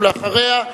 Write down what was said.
ואחריה,